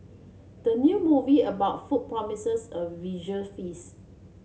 the new movie about food promises a visual